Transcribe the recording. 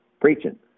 preaching